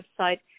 website